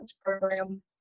program